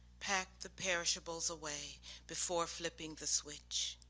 pack the perishables away before flipping the switch.